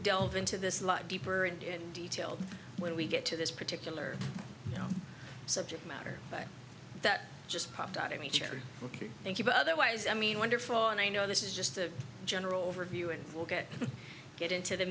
delve into this lot deeper and in detail when we get to this particular subject matter but that just popped out i mean sure ok thank you but otherwise i mean wonderful and i know this is just a general overview and we'll get it into the